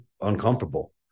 uncomfortable